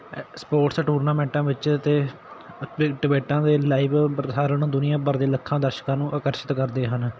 ਇ ਸਪੋਰਟਸ ਟੂਰਨਾਮੈਂਟਾਂ ਵਿੱਚ ਅਤੇ ਕ੍ਰਿਕਟ ਬੈਟਾਂ ਦੇ ਲਾਈਵ ਪ੍ਰਸਾਰਣ ਦੁਨੀਆ ਭਰ ਦੇ ਲੱਖਾਂ ਦਰਸ਼ਕਾਂ ਨੂੰ ਆਕਰਸ਼ਿਤ ਕਰਦੇ ਹਨ